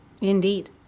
Indeed